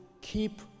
keep